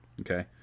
okay